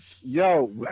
Yo